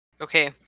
Okay